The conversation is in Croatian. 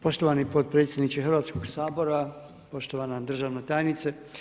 Poštovani potpredsjedniče Hrvatskog sabora, poštovana državna tajnice.